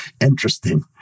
Interesting